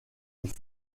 les